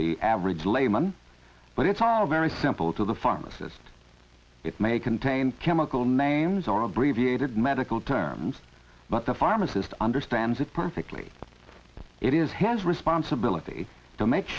the average layman but it's all very simple to the pharmacist it may contain chemical names or abbreviated medical terms but the pharmacist understands it perfectly it is his responsibility to make